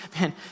man